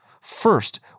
First